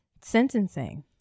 sentencing